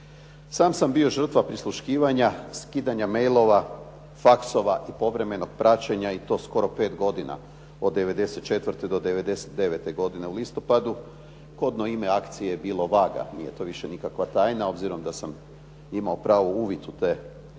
Sam sam bio žrtva prisluškivanja, skidanja maileova, faksova i povremenog praćenja i to skoro 5 godina od '94. do '99. godine u listopadu, kodno ime akcije je bilo "Vaga" nije to više nikakva tajna, obzirom da sam pravo na uvid te